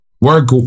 work